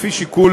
לפי שיקול